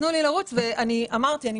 תנו לי לרוץ ואני אגיע.